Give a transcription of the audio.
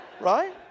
Right